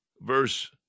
Verse